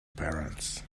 parents